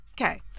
Okay